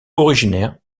originaire